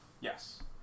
Yes